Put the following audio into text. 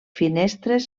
finestres